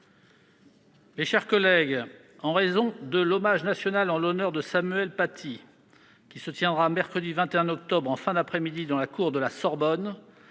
Mes chers collègues, en raison de l'hommage national en l'honneur de Samuel Paty, qui se tiendra mercredi 21 octobre en fin d'après-midi dans la cour de la Sorbonne,